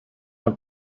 have